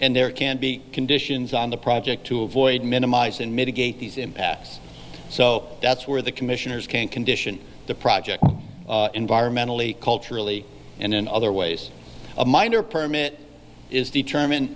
and there can be conditions on the project to avoid minimize and mitigate these impacts so that's where the commissioners can condition the project environmentally culturally and in other ways a minor permit is determine